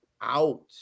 out